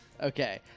Okay